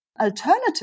alternative